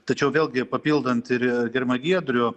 tačiau vėlgi papildant ir gerbiamą giedrių